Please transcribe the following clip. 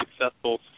successful